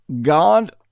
God